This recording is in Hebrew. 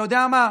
אתה יודע מה,